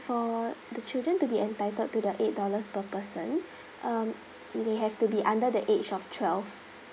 for the children to be entitled to the eight dollars per person um you may have to be under the age of twelve